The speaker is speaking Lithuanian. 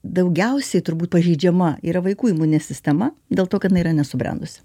daugiausiai turbūt pažeidžiama yra vaikų imuninė sistema dėl to kad jinai yra nesubrendusi